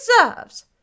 deserves